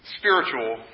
spiritual